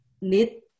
need